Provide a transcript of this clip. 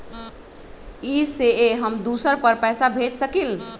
इ सेऐ हम दुसर पर पैसा भेज सकील?